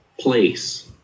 place